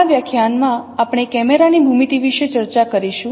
આ વ્યાખ્યાનમાં આપણે કેમેરા ની ભૂમિતિ વિશે ચર્ચા કરીશું